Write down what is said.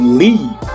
leave